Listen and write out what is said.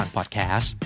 Podcast